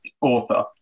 author